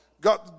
God